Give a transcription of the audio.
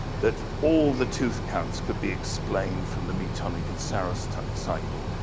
that all the tooth counts could be explained from the metonic and saros cycle.